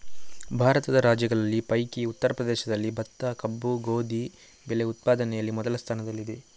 ಭಾರತದ ರಾಜ್ಯಗಳ ಪೈಕಿ ಉತ್ತರ ಪ್ರದೇಶದಲ್ಲಿ ಭತ್ತ, ಕಬ್ಬು, ಗೋಧಿ ಬೆಳೆ ಉತ್ಪಾದನೆಯಲ್ಲಿ ಮೊದಲ ಸ್ಥಾನದಲ್ಲಿದೆ